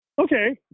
Okay